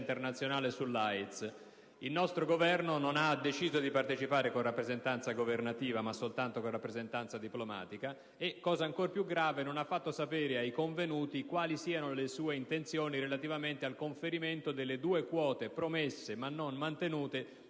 internazionale sull'AIDS. Il nostro Governo non ha deciso di partecipare con una rappresentanza governativa, ma soltanto diplomatica, e, cosa ancor più grave, non ha fatto sapere ai convenuti quali siano le sue intenzioni relativamente al conferimento delle due quote promesse, ma non mantenute,